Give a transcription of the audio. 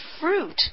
fruit